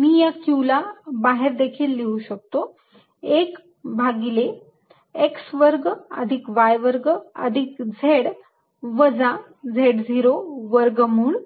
मी या q ला बाहेर देखील लिहू शकतो 1 भागिले x वर्ग अधिक y वर्ग अधिक z वजा z0 वर्गमूळ